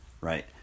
right